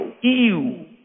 ew